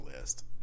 list